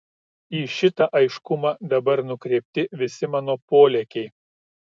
į šitą aiškumą dabar nukreipti visi mano polėkiai